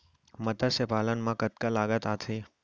मतस्य पालन मा कतका लागत आथे?